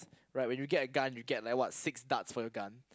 right when you get a gun you get like what six darts for your gun